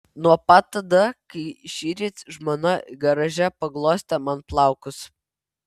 nuo pat tada kai šįryt žmona garaže paglostė man plaukus